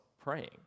praying